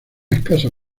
escasa